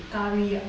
curry ah